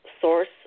source